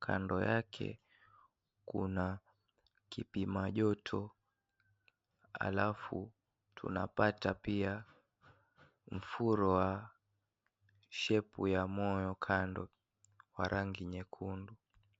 Kando yake kuna kipima joto alafu tunapata pia mfuro wa shepu ya moyo kando wa rangi nyekundu.